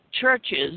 churches